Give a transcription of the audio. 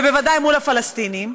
ובוודאי מול הפלסטינים,